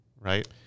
right